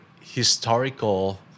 historical